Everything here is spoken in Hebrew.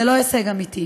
זה לא הישג אמיתי.